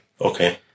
Okay